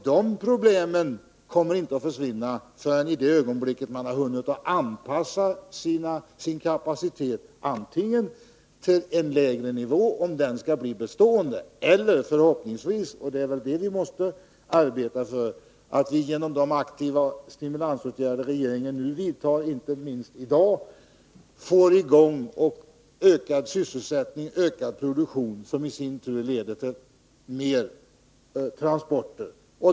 De problemen försvinner inte förrän man antingen hunnit anpassa sin kapacitet till en lägre nivå, om den skall bli bestående, eller förhoppningsvis — och det är väl detta vi arbetar för, inte minst genom de aktiva stimulansåtgärder som regeringen i dag vidtar — på nytt fått i gång en ökad sysselsättning och ökad produktion, vilket i sin tur leder till mer transporter.